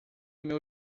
meu